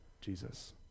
Jesus